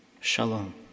shalom